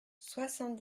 soixante